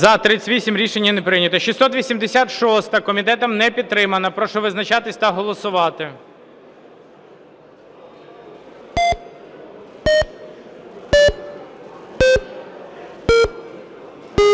За-38 Рішення не прийнято. 686-а. Комітетом не підтримана. Прошу визначатись та голосувати.